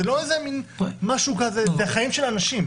זה חיים של אנשים.